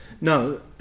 No